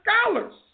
scholars